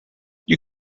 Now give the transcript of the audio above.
you